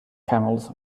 camels